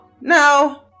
no